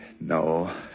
No